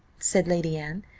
said lady anne.